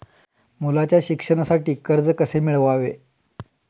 मुलाच्या शिक्षणासाठी कर्ज कसे मिळवावे?